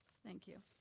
thank you.